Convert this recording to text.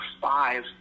five